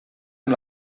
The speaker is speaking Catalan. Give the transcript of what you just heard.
amb